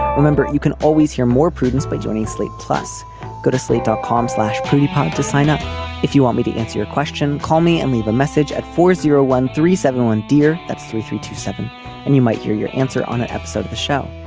remember you can always hear more prudence by joining slate plus good slate dot com slash pretty pumped to sign up if you want me to answer your question. call me and leave a message at four zero one three seven one dear. that's three three two seven and you might hear your answer on a episode of the show.